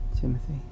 Timothy